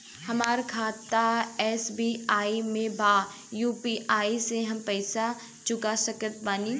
हमारा खाता एस.बी.आई में बा यू.पी.आई से हम पैसा चुका सकत बानी?